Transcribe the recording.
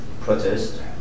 protest